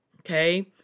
Okay